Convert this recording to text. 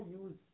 use